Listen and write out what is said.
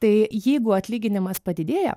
tai jeigu atlyginimas padidėjo